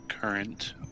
Current